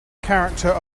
character